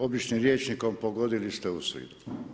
Običnim rječnikom, pogodili ste u sridu.